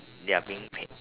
they are being paid